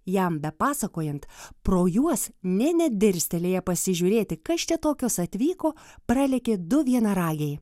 jam be pasakojant pro juos nė nedirstelėję pasižiūrėti kas čia tokios atvyko pralėkė du vienaragiai